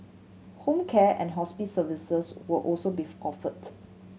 home care and hospice services will also beef offered